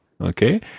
Okay